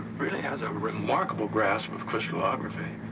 really has a remarkable grasp of crystallography.